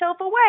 away